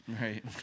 Right